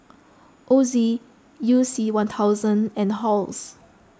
Ozi You C one thousand and Halls